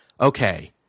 okay